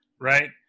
right